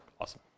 Awesome